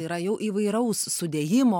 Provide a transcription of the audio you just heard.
yra jau įvairaus sudėjimo